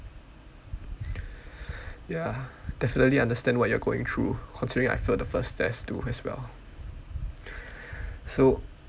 ya definitely understand what you're going through for today I failed the first test too as well so